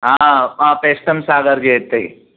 हा हा पेस्टम सागर जे हिते ई